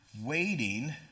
Waiting